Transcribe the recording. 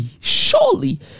surely